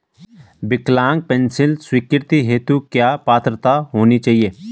विकलांग पेंशन स्वीकृति हेतु क्या पात्रता होनी चाहिये?